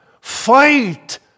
Fight